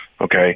Okay